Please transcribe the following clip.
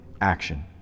action